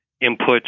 input